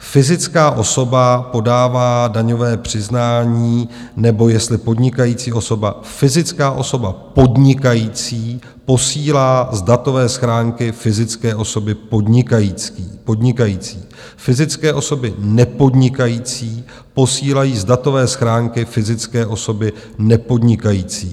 Fyzická osoba podává daňové přiznání nebo jestli podnikající osoba: fyzická osoba podnikající posílá z datové schránky fyzické osoby podnikající, fyzické osoby nepodnikající posílají z datové schránky fyzické osoby nepodnikající.